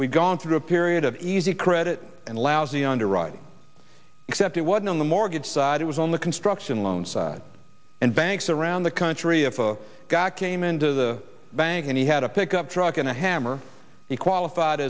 we've gone through a period of easy credit and lousy underwriting except it wasn't on the mortgage side it was on the construction loan side and banks around the country if a guy came into the bank and he had a pickup truck and a hammer he qualified